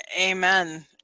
Amen